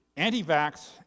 anti-vax